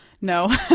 No